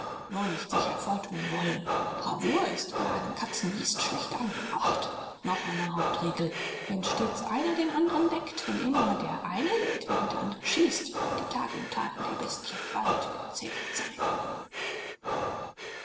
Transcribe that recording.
nur nicht sich hervortun wollen bravour ist bei einem katzenbiest schlecht angebracht noch eine hauptregel wenn stets einer den anderen deckt wenn immer der eine lädt während der andere schießt werden die tage und taten der bestien bald gezählt sein